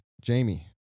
Jamie